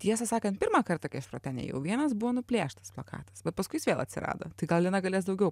tiesą sakant pirmą kartą kai aš pro ten ėjau vienas buvo nuplėštas plakatas bet paskui jis vėl atsirado tai gal lina galės daugiau